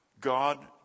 God